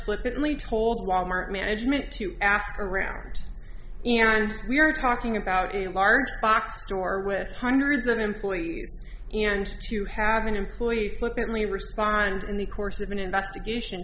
flippantly told walmart management to ask around and we are talking about a large box store with hundreds of employees and to have an employee look at me respond in the course of an investigation